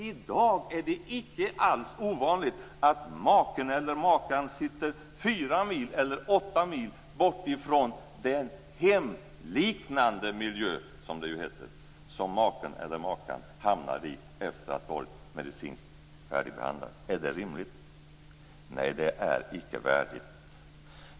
I dag är det icke alls ovanligt att maken eller makan sitter fyra eller åtta mil bortifrån den hemliknande miljö, som det ju heter, som maken eller makan hamnar i efter att varit medicinskt färdigbehandlad. Är det rimligt? Nej, det är icke värdigt.